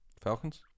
Falcons